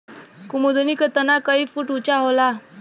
कुमुदनी क तना कई फुट ऊँचा होला